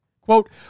Quote